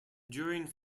during